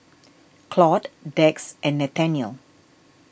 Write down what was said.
Claud Dax and Nathanial